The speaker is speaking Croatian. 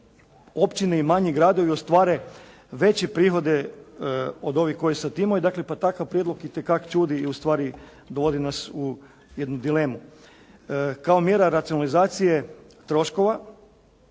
općine i manji gradovi ostvare veće prihode od ovih koje sad imaju. Dakle pa takav prijedlog itekak čudi i ustvari dovodi nas u jednu dilemu. Kao mjera racionalizacije troškova